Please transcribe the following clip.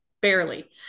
Barely